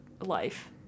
life